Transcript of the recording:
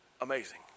amazing